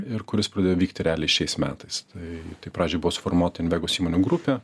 ir kuris pradėjo vykti realiai šiais metais tai tai pradžioj buvo suformuota invegos įmonių grupė